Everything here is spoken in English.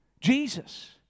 Jesus